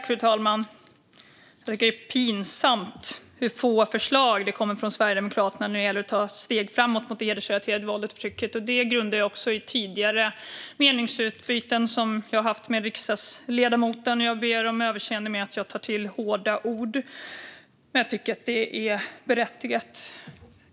Fru talman! Det är pinsamt hur få förslag det kommer från Sverigedemokraterna när det gäller att ta steg framåt mot det hedersrelaterade våldet och förtrycket. Det grundar jag också på tidigare meningsutbyten som jag har haft med riksdagsledamoten. Jag ber om överseende med att jag tar till hårda ord, men jag tycker att det är berättigat.